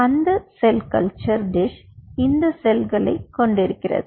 அந்த cell culture dish இந்த செல்களை கொண்டிருக்கிறது